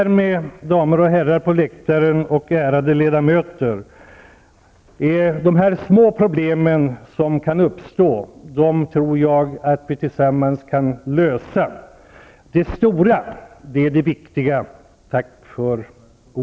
Därmed, damer och herrar på läktaren och ärade ledamöter i kammaren, tror jag att vi tillsammans också kan lösa de små problem som kan uppstå. Det stora är det viktiga. Tack för ordet.